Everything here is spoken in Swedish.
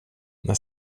när